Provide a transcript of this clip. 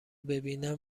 ببینم